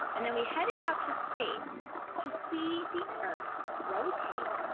and then we headed out to space to see the earth rotate,